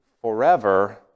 forever